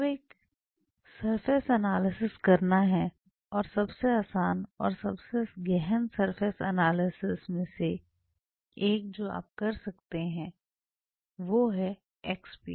अब एक surface analysis करना और सबसे आसान और सबसे गहन सरफेस एनालिसिस में से एक जो आप कर सकते हैं वो है XPS